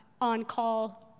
on-call